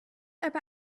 aber